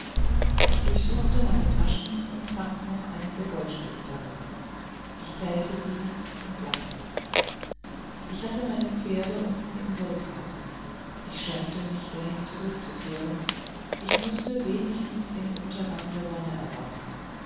ich durchsuchte meine taschen und fand noch einige goldstücke darin ich zählte sie und lachte ich hatte meine pferde unten im wirtshause ich schämte mich dahin zurückzukehren ich mußte wenigstens den untergang der sonne erwarten